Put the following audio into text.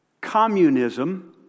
Communism